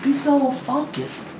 so focused.